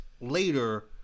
later